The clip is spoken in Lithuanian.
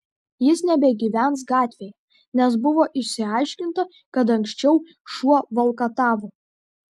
jis nebegyvens gatvėje nes buvo išsiaiškinta kad anksčiau šuo valkatavo